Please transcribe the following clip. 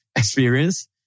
experience